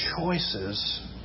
choices